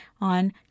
on